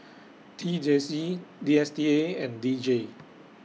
T J C D S T A and D J